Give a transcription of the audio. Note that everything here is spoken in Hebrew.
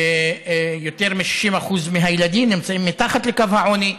יותר מ-60% מהילדים נמצאים מתחת לקו העוני,